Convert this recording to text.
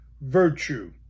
virtue